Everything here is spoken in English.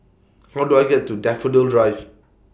How Do I get to Daffodil Drive